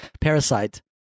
Parasite